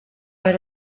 are